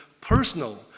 personal